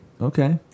Okay